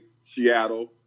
Seattle